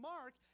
Mark